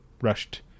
rushed